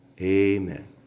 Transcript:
amen